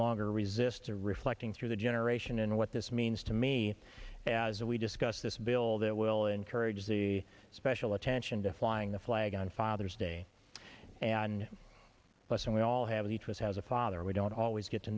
longer resist to reflecting through the generation in what this means to me as we discuss this bill that will encourage the special attention to flying the flag on father's day and listen we all have the choice has a father we don't always get to